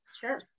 sure